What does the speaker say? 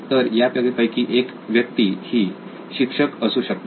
तर यापैकी एक व्यक्ती ही शिक्षक असू शकते